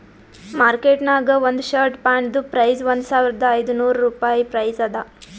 market ನಾಗ್ ಒಂದ್ shirt ಪ್ಯಾಂಟ್ದು ಪ್ರೈಸ್ ಒಂದ್ ಸಾವಿರದ ಐದ ನೋರ್ ರುಪಾಯಿ ಪ್ರೈಸ್ ಅದಾ